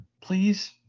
please